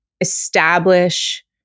establish